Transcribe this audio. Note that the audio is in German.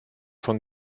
von